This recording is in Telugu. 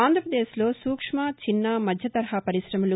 ఆంధ్రాపదేశ్లో సూక్ష్మ చిన్న మధ్య తరహా పరిగ్రమలు